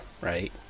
right